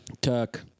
Tuck